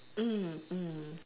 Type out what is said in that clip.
mm mm